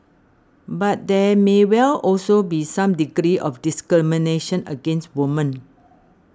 but there may well also be some degree of discrimination against women